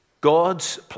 God's